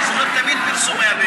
תמיד פרסום היה,